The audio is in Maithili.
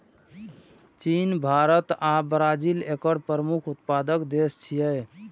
चीन, भारत आ ब्राजील एकर प्रमुख उत्पादक देश छियै